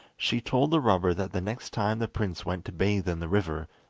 she told the robber that the next time the prince went to bathe in the river,